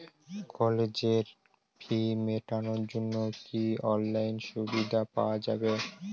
কলেজের ফি মেটানোর জন্য কি অনলাইনে সুবিধা পাওয়া যাবে?